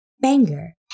banger